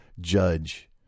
judge